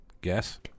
Guess